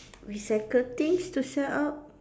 recycle things to sell up